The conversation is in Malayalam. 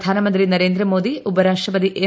പ്രധാനമന്ത്രി നരേന്ദ്രമോദി ഉപരാഷ്ട്രപതി എം